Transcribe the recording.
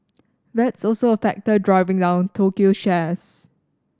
that's also a factor driving down Tokyo shares